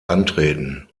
antreten